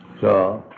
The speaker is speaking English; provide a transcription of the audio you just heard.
so